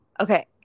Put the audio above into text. okay